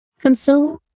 Consume